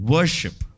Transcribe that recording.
Worship